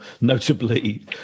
notably